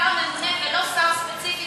ולא שר ספציפי,